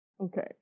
Okay